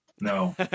No